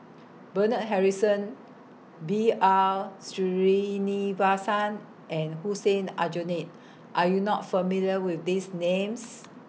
Bernard Harrison B R Sreenivasan and Hussein Aljunied Are YOU not familiar with These Names